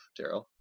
Daryl